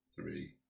three